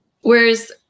Whereas